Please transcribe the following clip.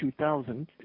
2000